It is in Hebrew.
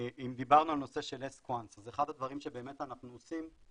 ואם דיברנו על נושא של Ask Once אז אחד הדברים שבאמת אנחנו עושים,